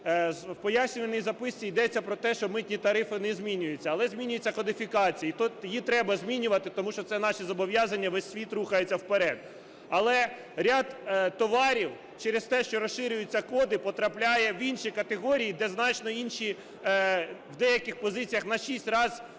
В пояснювальній записці йдеться про те, що митні тарифи не змінюються, але змінюється кодифікація. Її треба змінювати, тому що це наші зобов'язання, весь світ рухається вперед. Але ряд товарів через те, що розширюються коди, потрапляють в інші категорії, де значно інші… в деяких позиціях на 6 раз